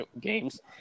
games